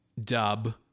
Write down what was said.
dub